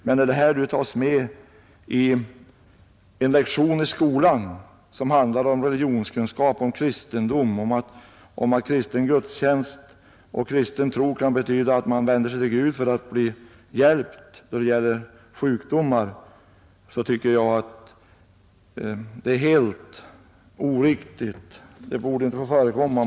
Men när den tas med i en lektion i skolan, som handlar om religionskunskap och kristendom och om att kristen gudstjänst och kristen tro kan betyda att man vänder sig till Gud för att bli hjälpt när det gäller sjukdomar, tycker jag att det är helt oriktigt. Det borde inte få förekomma.